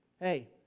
hey